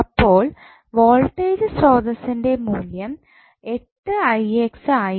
അപ്പോൾ വോൾട്ടേജ് സ്രോതസ്സിൻ്റെ മൂല്യം ആയിരിക്കും